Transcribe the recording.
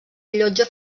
allotja